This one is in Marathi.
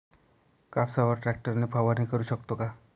कापसावर ट्रॅक्टर ने फवारणी करु शकतो का?